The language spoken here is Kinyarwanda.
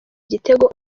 igitego